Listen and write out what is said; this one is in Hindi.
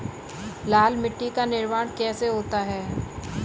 लाल मिट्टी का निर्माण कैसे होता है?